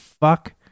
fuck